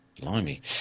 blimey